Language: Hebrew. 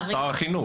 שר החינוך.